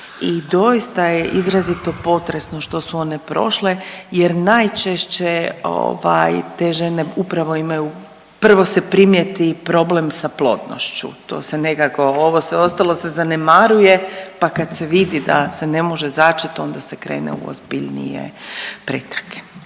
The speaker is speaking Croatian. i doista je izrazito potresno što su one prošle jer najčešće ovaj te žene upravo imaju, prvo se primijeti problem sa plodnošću, to se nekako, ovo sve ostalo se zanemaruje, pa kad se vidi da se ne može začet onda se krene u ozbiljnije pretrage.